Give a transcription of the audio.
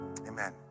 Amen